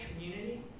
community